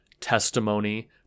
testimony